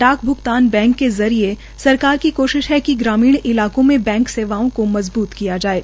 डाक भ्गतान बैंक के जरिये सरकार की कोशिश है कि ग्रामीण इलाकों में बैंक सेवाओं को मजबूत किया जाये